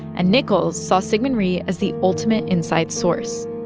and nichols saw syngman rhee as the ultimate inside source.